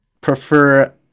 prefer